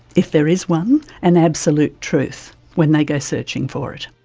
if there is one, an absolute truth when they go searching for it.